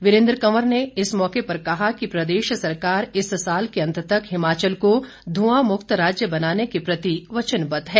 वीरेन्द्र कंवर ने इस मौके पर कहा कि प्रदेश सरकार इस साल के अंत तक हिमाचल को धुंआ मुक्त राज्य बनाने के प्रति वचनबद्ध है